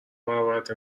براورده